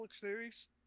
series